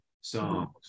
songs